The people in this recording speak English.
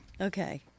Okay